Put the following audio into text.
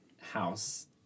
house